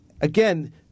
again